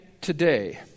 today